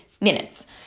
minutes